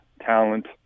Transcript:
talent